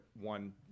one